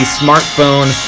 smartphone